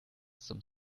some